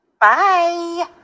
Bye